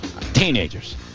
Teenagers